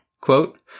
quote